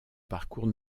parcours